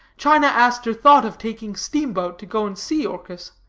china aster thought of taking steamboat to go and see orchis,